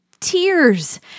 tears